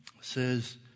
says